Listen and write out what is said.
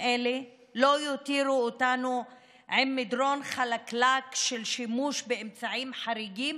אלה לא יותירו אותנו עם מדרון חלקלק של שימוש באמצעים חריגים